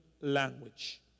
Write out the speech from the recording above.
language